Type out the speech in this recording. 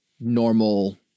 normal